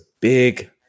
big